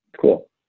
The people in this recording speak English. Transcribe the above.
cool